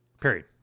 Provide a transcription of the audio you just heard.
Period